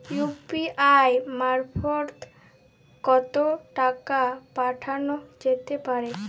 UPI মারফত কত টাকা পাঠানো যেতে পারে?